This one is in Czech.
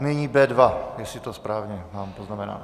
Nyní B2, jestli to správně mám poznamenáno.